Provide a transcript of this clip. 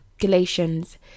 Galatians